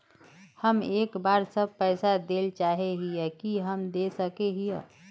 हम एक ही बार सब पैसा देल चाहे हिये की हम दे सके हीये?